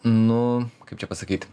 nu kaip čia pasakyti